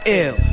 ill